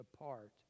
apart